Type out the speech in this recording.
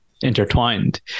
intertwined